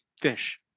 fish